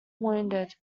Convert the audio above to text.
wounded